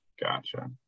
Gotcha